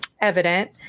evident